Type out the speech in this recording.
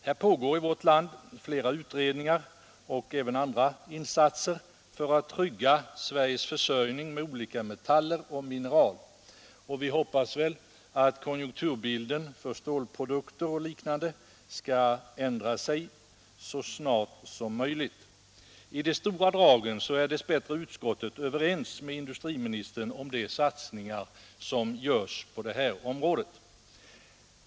Här pågår i vårt land flera utredningar och andra insatser för att trygga Sveriges försörjning med olika metaller och mineraler. Vi hoppas att konjunkturbilden för stålprodukter och liknande skall ändra sig så snart som möjligt. I stora drag är utskottet dess bättre överens med industriministern om de satsningar som görs på detta område.